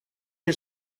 you